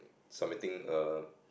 submitting a